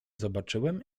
zobaczyłem